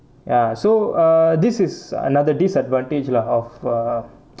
ya so uh this is another disadvantage lah of uh